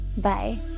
bye